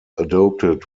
adopted